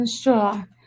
Sure